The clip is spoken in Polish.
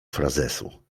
frazesu